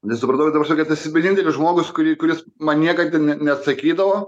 nes supratau ta prasme kad esi vienintelis žmogus kurį kuris man niekad neatsakydavo